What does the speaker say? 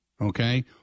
okay